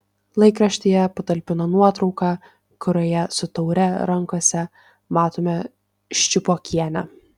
laikraštyje patalpino nuotrauką kurioje su taure rankose matome ščiupokienę